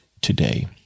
Today